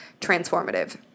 transformative